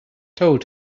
told